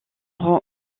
rend